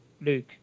look